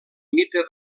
mite